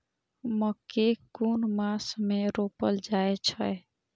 मकेय कुन मास में रोपल जाय छै?